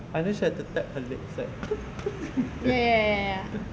and then she had to tap her legs like